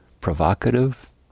provocative